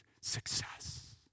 success